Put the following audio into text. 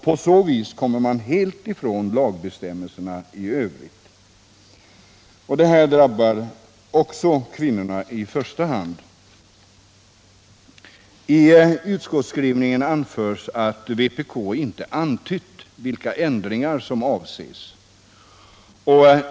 På så vis kommer man helt ifrån lagbestämmelserna i övrigt. Också det här drabbar i första hand kvinnorna. I utskottsskrivningen anförs att vpk inte antytt vilka ändringar som avses.